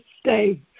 stay